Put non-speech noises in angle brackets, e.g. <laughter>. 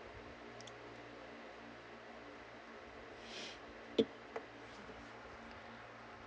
<breath>